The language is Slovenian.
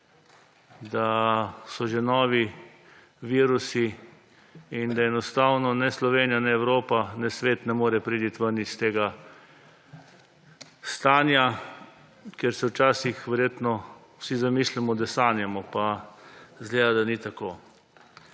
da so že novi virusi in da enostavno ne Slovenija, ne Evropa, ne svet ne more priti ven iz tega stanja, ker se včasih verjetno vsi zamislimo, da sanjamo pa izgleda, da ni tako.